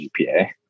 GPA